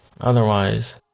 otherwise